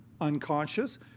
unconscious